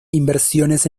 inversiones